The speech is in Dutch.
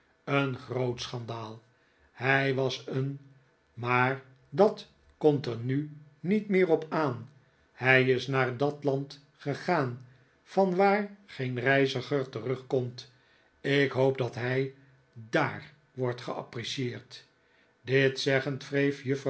een groot schandaal hij was een maar dat komt er nu niet meer op aan hij is naar dat land gegaan vanwaar geen reiziger terugkomt ik hoop dat hij daar wordt geapprecieerd dit zeggend wreef